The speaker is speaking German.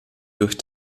durch